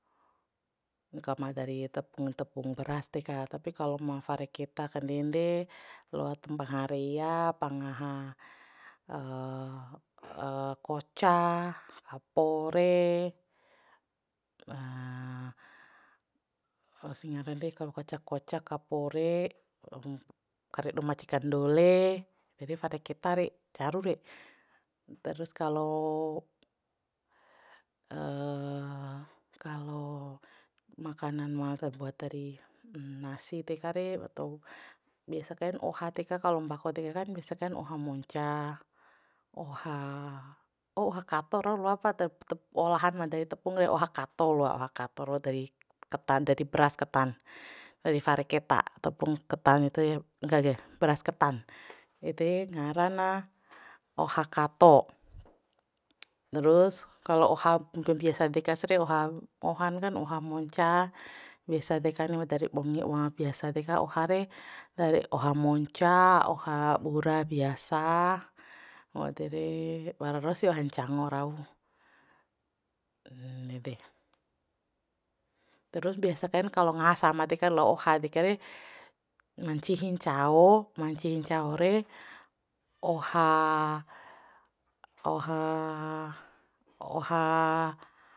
Kamada re tepung tepung beras deka tapi kalo ma fare keta kandenre loa tambaha rea pangaha koca hap pore ausi ngaran re kalo koca koca kapore karedo maci kandole ede fare keta re caru re terus kalo kalo makanan ma terbuat dari nasi deka re atau biasa kain oha deka kalo mbako dekakan biasa kain oha monca oha oha kato rau loa pa olahan ma dari tepung re oha kato loa oha kato rau dari ketan dadi beras ketan fare keta tepung keta ede beras ketan ede ngara na oha kato terus kalo oha mbe biasa dekas re ohaw ohankan oha monca biasa deka ni dari bongi uma biasa deka oha re dari oha monca oha bura biasa wau ede re wara rausi oha ncango rau nede terus biasa kain kalo ngaha sama deka lo oha deka re ma ncihi ncao ma ncihi ncao re oha oha oha